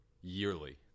Yearly